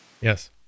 Yes